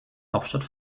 hauptstadt